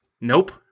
Nope